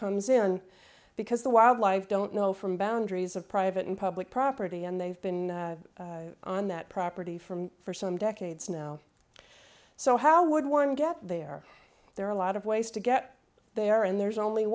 comes in because the wildlife don't know from boundaries of private and public property and they've been on that property from for some decades now so how would one get there there are a lot of ways to get there and there's only